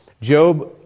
Job